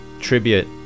tribute